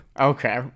Okay